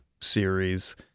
series